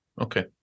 okay